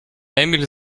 emil